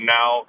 now